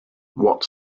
what